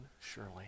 Surely